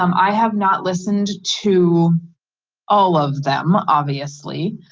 um i have not listened to all of them obviously.